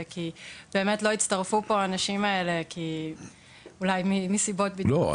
כי באמת לא הצטרפו האנשים האלה כי אולי מסיבות --- לא,